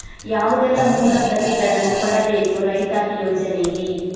ಯಾವುದೆಲ್ಲ ಮೂಲ ಪ್ರತಿಗಳನ್ನು ಕೊಡಬೇಕು ರೈತಾಪಿ ಯೋಜನೆಗೆ?